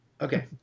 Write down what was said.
Okay